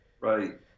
Right